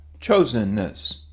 chosenness